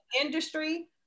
industry